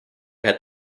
had